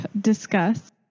discuss